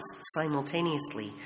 simultaneously